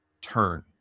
turn